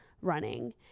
running